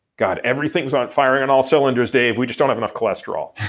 god, everything's on fire and also and dave, we just don't have enough cholesterol.